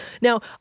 Now